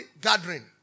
gathering